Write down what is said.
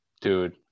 dude